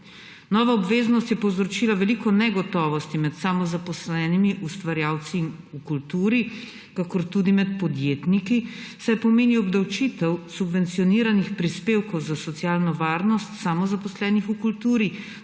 Nova obveznost je povzročila veliko negotovosti med samozaposlenimi, ustvarjalci v kulturi, kakor tudi med podjetniki, saj pomeni obdavčitev subvencioniranih prispevkov za socialno varnost samozaposlenih v kulturi,